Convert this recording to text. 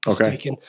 okay